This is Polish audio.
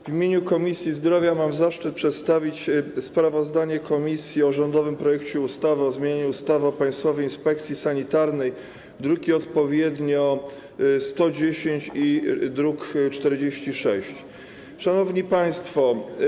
W imieniu Komisji Zdrowia mam zaszczyt przedstawić sprawozdanie komisji o rządowym projekcie ustawy o zmianie ustawy o Państwowej Inspekcji Sanitarnej, druki odpowiednio nr 110 i 46. Szanowni Państwo!